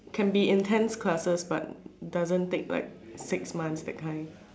can be intense classes but doesn't take like six months that kind